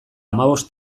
hamabost